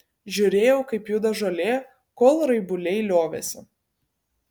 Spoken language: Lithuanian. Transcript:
žiūrėjau kaip juda žolė kol raibuliai liovėsi